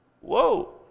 Whoa